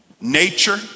nature